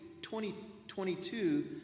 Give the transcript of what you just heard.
2022